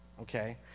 okay